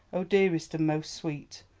oh, dearest and most sweet!